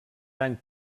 any